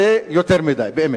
זה יותר מדי, באמת.